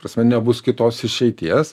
prasme nebus kitos išeities